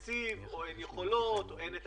העמותות לקחו אחריות מאוד גדולה ובעקבות זאת